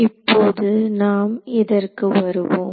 இப்போது நாம் இதற்கு வருவோம்